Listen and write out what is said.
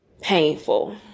painful